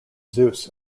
zeus